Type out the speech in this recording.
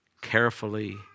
Carefully